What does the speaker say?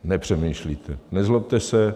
Nepřemýšlíte, nezlobte se.